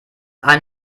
ein